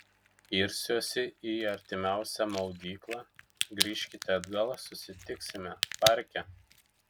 irsiuosi į artimiausią maudyklą grįžkite atgal susitiksime parke